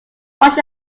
wash